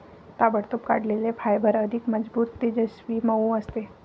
ताबडतोब काढलेले फायबर अधिक मजबूत, तेजस्वी, मऊ असते